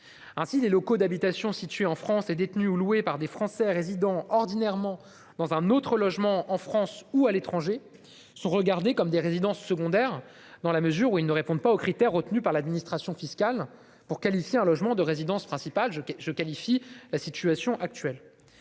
Ainsi, les locaux d'habitation situés en France et détenus ou loués par des Français résidant ordinairement dans un autre logement, en France ou à l'étranger, sont regardés comme des résidences secondaires, dans la mesure où ils ne répondent pas aux critères retenus par l'administration fiscale pour qualifier un logement de résidence principale. Les résidences secondaires